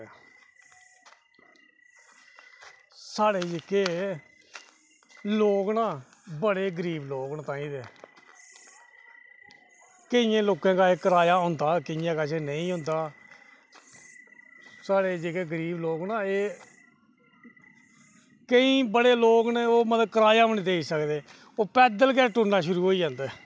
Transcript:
साढ़े जेह्के लोग न बड़े गरीब लोग न ताहीं दे केइयें लोकें कश किराया होंदा केईं कश नेईं होंदा साढ़े जेह्के गरीब लोग ना एह् केईं बड़े लोग न मतलब ओह् किराया गै निं देई सकदे ओह् पैदल गै टुरना शुरू होई जंदे